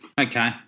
Okay